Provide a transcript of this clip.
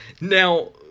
now